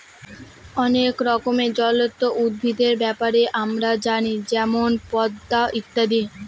অনেক রকমের জলজ উদ্ভিদের ব্যাপারে আমরা জানি যেমন পদ্ম ইত্যাদি